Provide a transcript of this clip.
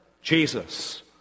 Jesus